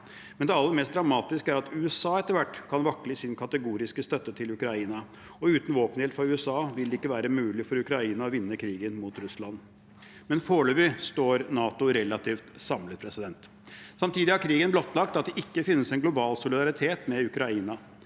Men det aller mest dramatiske er at USA etter hvert kan vakle i sin kategoriske støtte til Ukraina, og uten våpenhjelp fra USA vil det ikke være mulig for Ukraina å vinne krigen mot Russland. Men foreløpig står NATO relativt samlet. Samtidig har krigen blottlagt at det ikke finnes en global solidaritet med Ukraina.